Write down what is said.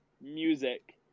music